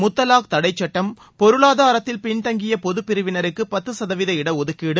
முத்தலாக் குறிப்பாக தடைச்சட்டம் பொருளாதாரத்தில் பின்தங்கிய பொதுப் பிரிவினருக்கு பத்து சதவீத இட ஒதுக்கீடு